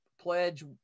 pledge